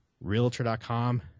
Realtor.com